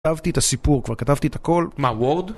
כתבתי את הסיפור, כבר כתבתי את הכל. מה, וורד?